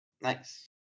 Nice